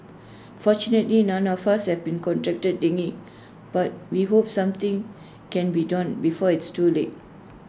fortunately none of us have contracted but we hope something can be done before it's too late